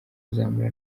kuzamura